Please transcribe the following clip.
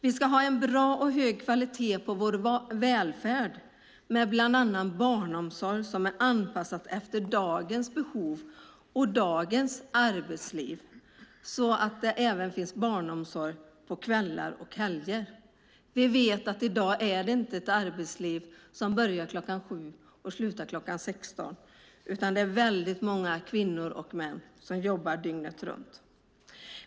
Vi ska ha en bra och hög kvalitet på vår välfärd med bland annat barnomsorg som är anpassad efter dagens behov och dagens arbetsliv, så att det finns barnomsorg även på kvällar och helger. Vi vet att vi i dag inte har ett arbetsliv där man börjar kl. 7 och slutar kl. 16, utan det är många kvinnor och män som jobbar alla tider på dygnet.